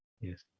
Yes